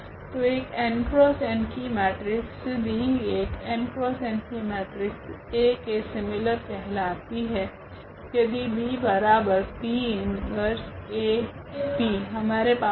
तो एक n×n की मेट्रिक्स B एक n×n की मेट्रिक्स A के सीमिलर कहलाती है यदि BP 1AP हमारे पास हो